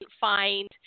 find